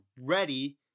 ready